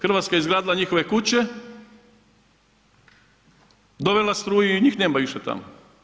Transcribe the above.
Hrvatska je izgradila njihove kuće, dovela struju i njih nema više tamo.